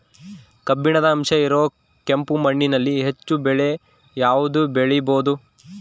ಕಬ್ಬಿಣದ ಅಂಶ ಇರೋ ಕೆಂಪು ಮಣ್ಣಿನಲ್ಲಿ ಹೆಚ್ಚು ಬೆಳೆ ಯಾವುದು ಬೆಳಿಬೋದು?